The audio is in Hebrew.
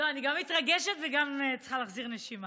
אני גם מתרגשת וגם צריכה להסדיר נשימה.